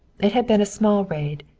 it had been a small raid.